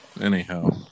anyhow